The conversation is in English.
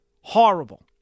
horrible